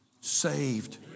saved